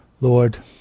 Lord